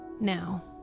now